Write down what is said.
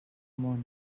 món